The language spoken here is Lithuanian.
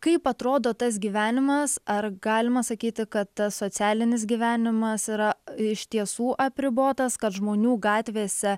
kaip atrodo tas gyvenimas ar galima sakyti kad tas socialinis gyvenimas yra iš tiesų apribotas kad žmonių gatvėse